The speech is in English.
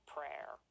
Prayer